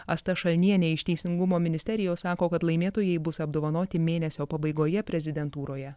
asta šalnienė iš teisingumo ministerijos sako kad laimėtojai bus apdovanoti mėnesio pabaigoje prezidentūroje